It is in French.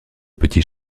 petit